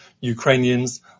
Ukrainians